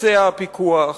יתבצע הפיקוח,